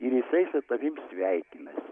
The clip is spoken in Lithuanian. ir jisai su tavim sveikinasi